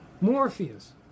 Morpheus